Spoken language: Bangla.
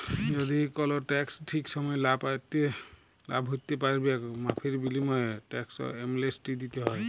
যদি কল টেকস ঠিক সময়ে লা ভ্যরতে প্যারবেক মাফীর বিলীময়ে টেকস এমলেসটি দ্যিতে হ্যয়